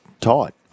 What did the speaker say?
tight